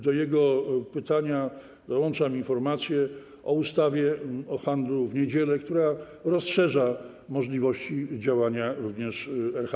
Do jego pytania dołączam informację o ustawie o handlu w niedziele, która rozszerza możliwości działania RHD.